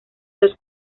los